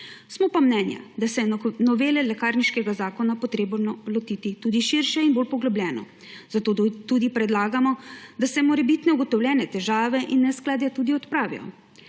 Smo pa mnenja, da se je novele lekarniškega zakona potrebno lotiti tudi širše in bolj poglobljeno, zato tudi predlagamo, da se morebitne ugotovljene težave in neskladja tudi odpravijo.